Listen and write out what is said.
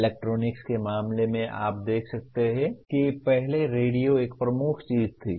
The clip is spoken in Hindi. इलेक्ट्रॉनिक्स के मामले में आप देख सकते हैं कि पहले रेडियो एक प्रमुख चीज थी